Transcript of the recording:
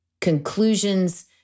conclusions